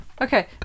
Okay